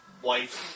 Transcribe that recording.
white